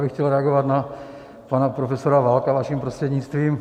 Já bych chtěl reagovat na pana profesora Válka vaším prostřednictvím.